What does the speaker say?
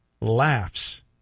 laughs